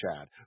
Chad